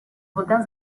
voltants